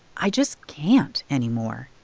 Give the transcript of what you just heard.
i just can't anymore.